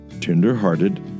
tender-hearted